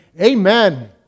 Amen